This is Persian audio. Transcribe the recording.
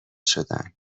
شدن